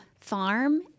Farm